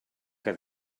que